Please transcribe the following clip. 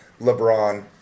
LeBron